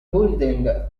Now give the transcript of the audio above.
building